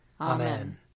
Amen